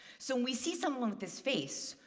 so when we see someone with this face,